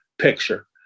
picture